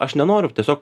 aš nenoriu tiesiog